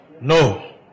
No